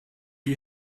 you